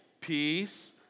peace